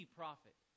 prophet